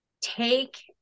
take